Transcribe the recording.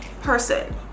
person